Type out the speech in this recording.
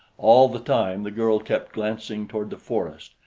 all the time the girl kept glancing toward the forest,